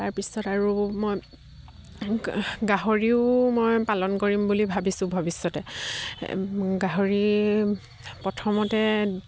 তাৰপিছত আৰু মই গাহৰিও মই পালন কৰিম বুলি ভাবিছোঁ ভৱিষ্যতে গাহৰি প্ৰথমতে